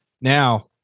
Now